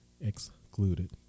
excluded